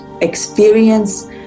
experience